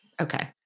Okay